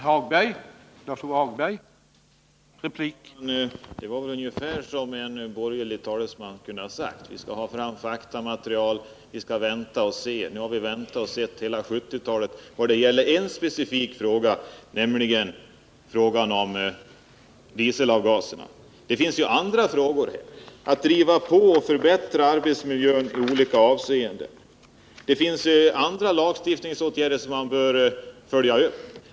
Herr talman! Det som John Johnsson anförde var väl ungefär vad en borgerlig talesman kunde ha sagt: Vi skall ta fram faktamaterial, vi skall vänta och se. Nu har vi väntat och sett under hela 1970-talet när det gäller en specifik fråga, nämligen frågan om dieselavgaserna. Men det finns ju också andra frågor som kräver att man driver på för att förbättra miljön i olika avseenden. Det finns andra lagstiftningsåtgärder som man bör följa upp.